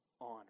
honor